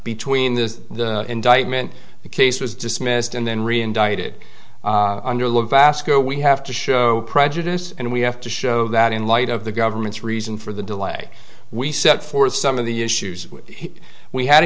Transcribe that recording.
between the indictment the case was dismissed and then re indicted under law vasco we have to show prejudice and we have to show that in light of the government's reason for the delay we set forth some of the issues we had a